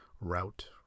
Route